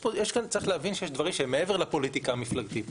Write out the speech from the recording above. צריך להבין שיש דברים שהם מעבר לפוליטיקה המפלגתית,